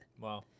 Wow